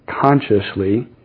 consciously